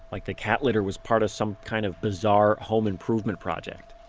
like the cat litter was part of some kind of bizarre home improvement project